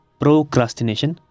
procrastination